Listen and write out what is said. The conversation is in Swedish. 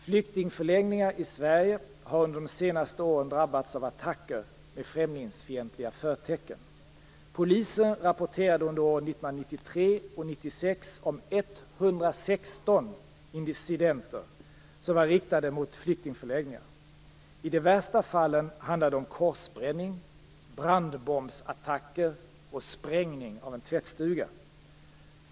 Flyktingförläggningar i Sverige har under de senaste åren drabbats av attacker med främlingsfientliga förtecken. indicier som var riktade mot flyktingförläggningar. I de värsta fallen handlade det om korsbränning, brandbombsattacker och sprängning av en tvättstuga.